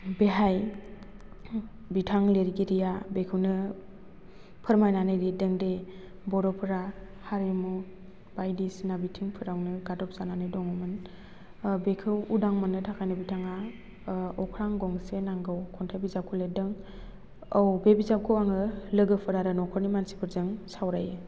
बेहाय बिथां लिरगिरिया बेखौनो फोरमायनानै लिरदोंदि बर'फोरा हारिमु बायदिसिना बिथिंफोरावनो गादबजानानै दंमोन बेखौ उदां मोन्नो थाखायनो बिथाङा ओह अख्रां गंसे नांगौ खन्थाइ बिजाबखौ लिरदों औ बे बिजाबखौ आङो लोगोफोर आरो न'खरनि मानसिफोरजों सावरायो